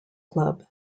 club